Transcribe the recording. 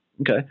Okay